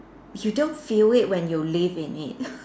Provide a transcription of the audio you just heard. you don't feel it when you live in it